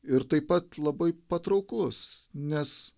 ir taip pat labai patrauklus nes